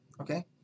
okay